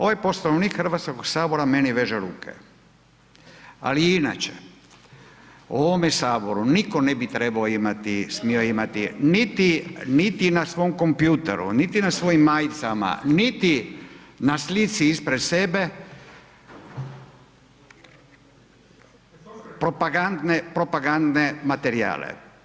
Ovaj Poslovnik Hrvatskog sabora meni veže ruke, ali inače u ovome saboru nitko ne bi trebao imati, smio imati niti, niti na svom kompjuteru, niti na svojim majcama, niti na slici ispred sebe propagandne, propagandne materijale.